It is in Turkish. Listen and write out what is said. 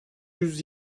yüz